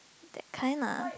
that kind lah